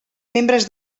membres